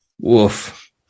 Woof